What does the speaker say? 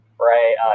right